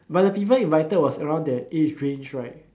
but the people invited was around that age range right